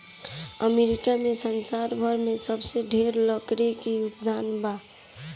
America में संसार भर में सबसे ढेर लकड़ी के उत्पादन बा